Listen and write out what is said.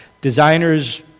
designers